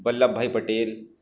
Vallabh Bhai Patel